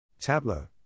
Tableau